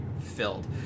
filled